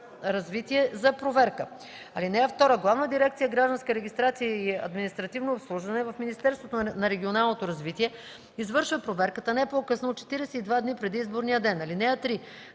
развитие за проверка. (2) Главна дирекция „Гражданска регистрация и административно обслужване” в Министерството на регионалното развитие извършва проверката не по-късно от 42 дни преди изборния ден. (3)